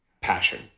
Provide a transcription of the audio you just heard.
passion